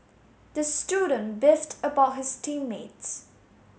the student beefed about his team mates